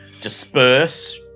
disperse